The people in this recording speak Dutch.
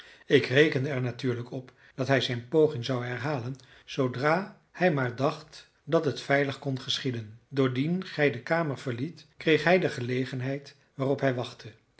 ik rekende er natuurlijk op dat hij zijn poging zou herhalen zoodra hij maar dacht dat het veilig kon geschieden doordien gij de kamer verliet kreeg hij de gelegenheid waarop hij wachtte